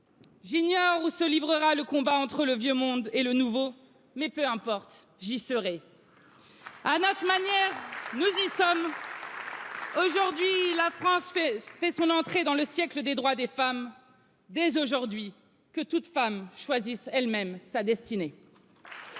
J'ignore où se livrera le combat entre le vieux monde et le nouveau mais, peu importe, j'y serai à notre manière, nous yy sommes. Aujourd'hui, la France fait son entrée dans le siècle des droits des femmes dès aujourd'hui que toute femme choisisse elle même sa destinée,